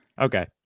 Okay